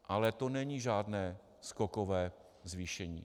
Ale to není žádné skokové zvýšení.